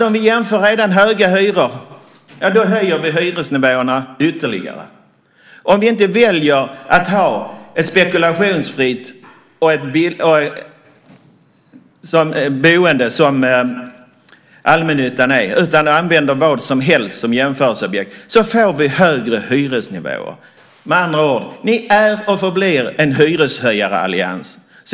Om vi jämför redan höga hyror höjer vi hyresnivåerna ytterligare. Om vi inte väljer att ha ett spekulationsfritt boende som allmännyttan är utan använder vad som helst som jämförelseobjekt får vi högre hyresnivåer. Med andra ord är och förblir ni en hyreshöjarallians.